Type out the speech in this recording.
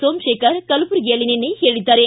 ಸೋಮಶೇಖರ್ ಕಲಬುರಗಿಯಲ್ಲಿ ನಿನ್ನೆ ಹೇಳಿದ್ದಾರೆ